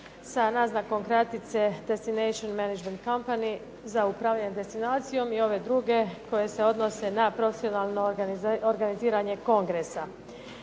sa naznakom kratice Destination managment company za upravljanje destinacijom i ove druge koje se odnose na profesionalno organiziranje kongresa.